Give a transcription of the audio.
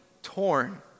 torn